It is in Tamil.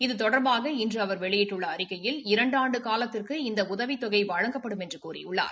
இதுதொடர்பாக இனறு அவர் வெளியிட்டுள்ள அறிக்கையில் இரண்டு ஆண்டு காலத்திற்கு இந்த உதவித்தொகை வழங்கப்படும் என்று கூறியுள்ளார்